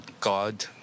God